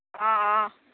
অঁ অঁ